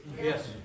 Yes